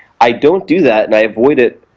i don't do that and i avoid it